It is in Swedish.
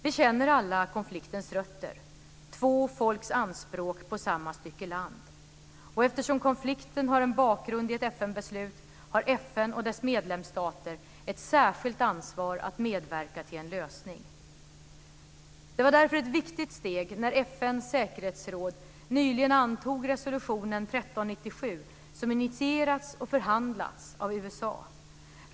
Vi känner alla konfliktens rötter, två folks anspråk på samma stycke land. Eftersom konflikten har en bakgrund i ett FN-beslut har FN och dess medlemsstater ett särskilt ansvar att medverka till en lösning. Det var därför ett viktigt steg när FN:s säkerhetsråd nyligen antog resolutionen 1397 som initierats och förhandlats av USA.